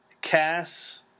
Cass